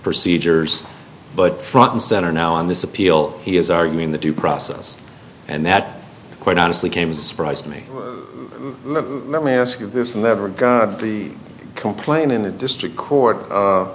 procedures but front and center now on this appeal he is arguing the due process and that quite honestly came surprised me let me ask you this and never got the complaint in the district court